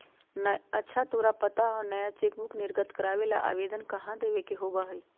अच्छा तोरा पता हाउ नया चेकबुक निर्गत करावे ला आवेदन कहाँ देवे के होबा हई?